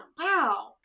wow